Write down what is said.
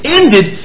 ended